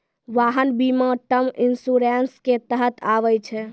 वाहन बीमा term insurance के तहत आबै छै